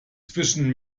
zwischen